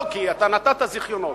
לא, כי אתה נתת זיכיונות.